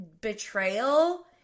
betrayal